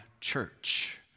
church